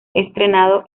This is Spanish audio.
estrenado